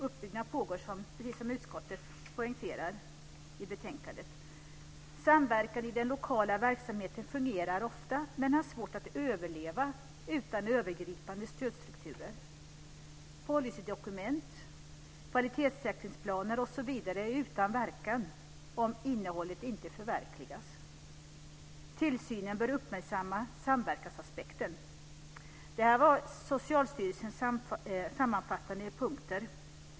Uppbyggnad pågår, precis som utskottet poängterar i betänkandet. · Samverkan i den lokala verksamheten fungerar ofta men har svårt att överleva utan övergripande stödstrukturer. · Policydokument, kvalitetssäkringsplaner osv. är utan verkan om innehållet inte förverkligas. · Tillsynen bör uppmärksamma samverkansaspekten. Detta var Socialstyrelsens sammanfattning i punkter.